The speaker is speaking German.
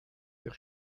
der